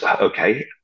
okay